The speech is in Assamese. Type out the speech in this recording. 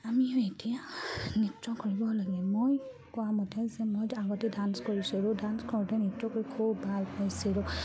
আমিও এতিয়া নৃত্য কৰিব লাগে মই কোৱা মতে যে মই আগতে ডাঞ্চ কৰিছিলোঁ ডাঞ্চ কৰোঁতে নৃত্য কৰি খুব ভাল পাইছিলোঁ